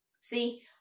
See